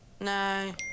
no